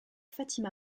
fatima